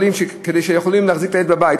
כדי שהם יוכלו להחזיק את הילד בבית.